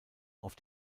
auf